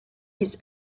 his